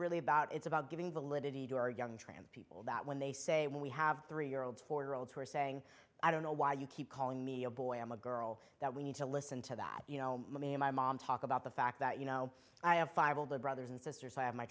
really about it's about giving the liberty to our young trans people that when they say when we have three year olds four year olds who are saying i don't know why you keep calling me a boy i'm a girl that we need to listen to that you know me and my mom talk about the fact that you know i have five older brothers and sisters i have my